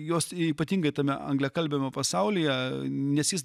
jos ypatingai tame anglakalbiame pasaulyje nes jis